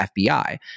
FBI